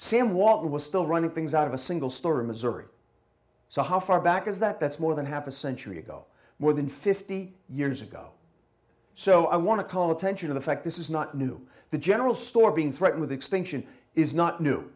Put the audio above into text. sam walton was still running things out of a single store in missouri so how far back is that that's more than half a century ago more than fifty years ago so i want to call attention to the fact this is not new the general store being threatened with extinction is not new